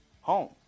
home